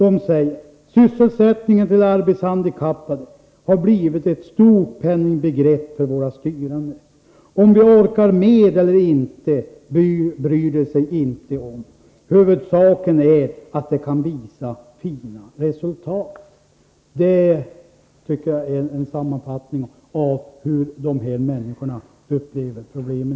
De säger: ”Sysselsättningen för arbetshandikappade har blivit ett stort penningbegrepp för många styrande. Om vi orkar med eller inte bryr de sig inte om. Huvudsaken är att de kan visa fina resultat.” Detta tycker jag är en sammanfattning av hur dessa människor i dag upplever problemen.